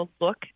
look